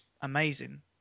amazing